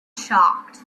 shocked